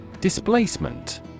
Displacement